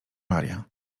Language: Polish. maria